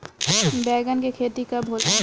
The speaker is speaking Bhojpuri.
बैंगन के खेती कब होला?